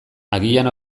agian